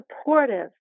supportive